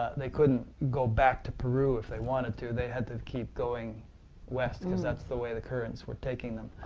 they couldn't go back to peru if they wanted to they had to keep going west because that's the way the currents were taking them.